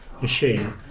machine